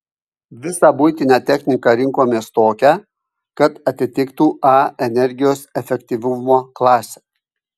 visą buitinę techniką rinkomės tokią kad atitiktų a energijos efektyvumo klasę